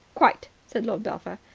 quite, said lord belpher.